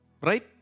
right